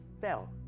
fell